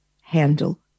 handle